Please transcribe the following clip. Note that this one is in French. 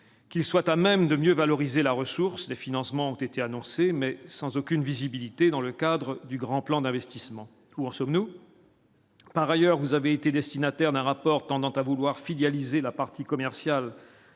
Qu'soit à même de mieux valoriser la ressource de financement ont été annoncées mais sans aucune visibilité dans le cadre du grand plan d'investissement, où en sommes-nous. Par ailleurs, vous avez été destinataire d'un rapport tendance à vouloir fidéliser la partie commerciale